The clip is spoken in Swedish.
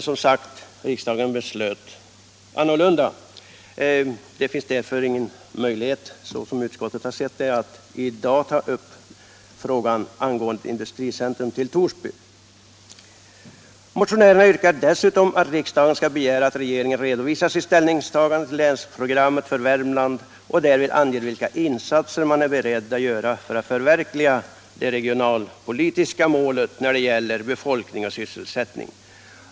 Utskottet anser det inte möjligt att i dag ta upp frågan om ett industricentrum i Torsby. Motionärerna yrkar dessutom att riksdagen skall begära att regeringen redovisar sitt ställningstagande till länsprogrammet för Värmland och därvid anger vilka insatser man är beredd att göra för att förverkliga de regionalpolitiska målen när det gäller befolkning och sysselsättning.